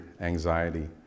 anxiety